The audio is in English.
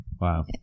Wow